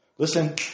Listen